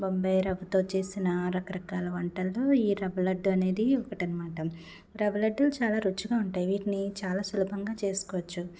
బొంబాయి రవ్వతో చేసిన రకరకాల వంటలతో ఈ రవ్వ లడ్డు అనేది ఒకటనమాట రవ్వ లడ్డులు చాలా రుచిగా ఉంటాయి వీటిని చాలా సులభంగా చేసుకోచ్చు